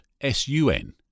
S-U-N